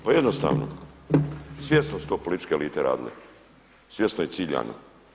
Pa jednostavno, svjesno su to političke elite radile, svjesno je ciljano.